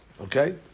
Okay